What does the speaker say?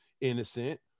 innocent